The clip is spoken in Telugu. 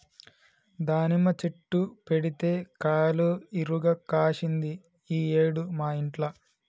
దానిమ్మ చెట్టు పెడితే కాయలు ఇరుగ కాశింది ఈ ఏడు మా ఇంట్ల